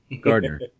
Gardner